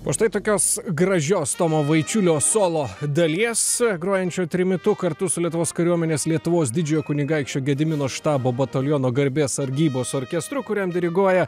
po štai tokios gražios tomo vaičiulio solo dalies grojančio trimitu kartu su lietuvos kariuomenės lietuvos didžiojo kunigaikščio gedimino štabo bataliono garbės sargybos orkestru kuriam diriguoja